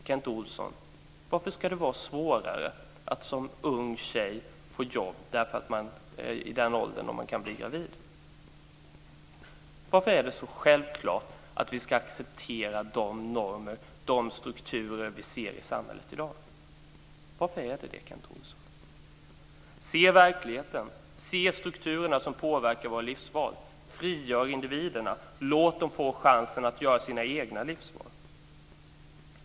Kent Olsson, varför ska det vara svårare att som ung tjej få jobb därför att man är i den ålder då man kan bli gravid? Varför är det så självklart att vi ska acceptera de normer och de strukturer som vi ser i samhället i dag, Se verkligheten, se strukturerna som påverkar våra livsval! Frigör individerna! Låt dem få chansen att göra sina egna livsval!